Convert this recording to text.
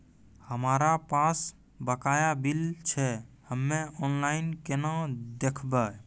हमरा पास बकाया बिल छै हम्मे ऑनलाइन केना देखबै?